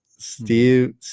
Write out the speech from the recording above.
Steve